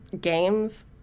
games